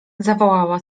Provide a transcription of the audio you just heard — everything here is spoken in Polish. zawołała